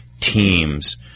teams